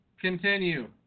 Continue